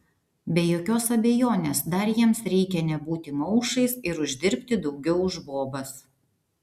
be jokios abejonės dar jiems reikia nebūti maušais ir uždirbti daugiau už bobas